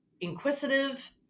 inquisitive